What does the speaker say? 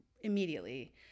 immediately